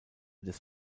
des